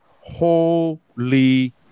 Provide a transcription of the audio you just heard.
holy